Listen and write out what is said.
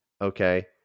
Okay